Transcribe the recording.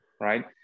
right